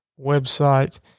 website